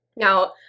Now